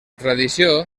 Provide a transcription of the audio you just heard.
tradició